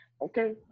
okay